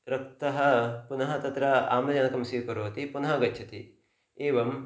रक्तः पुनः तत्र आम्लजनकं स्वीकरोति पुनः गच्छति एवं